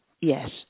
Yes